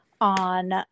on